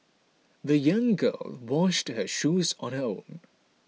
the young girl washed her shoes on her own